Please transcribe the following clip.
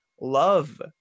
love